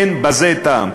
אין בזה טעם.